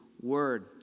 Word